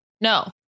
No